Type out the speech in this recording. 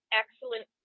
excellent